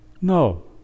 No